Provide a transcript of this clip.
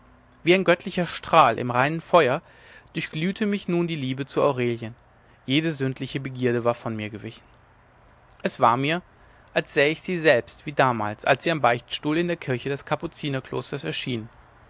wie ein göttlicher strahl im reinen feuer durchglühte mich nun die liebe zu aurelien jede sündliche begierde war von mir gewichen es war mir als sähe ich sie selbst wie damals als sie am beichtstuhl in der kirche des kapuzinerklosters erschien